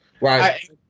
right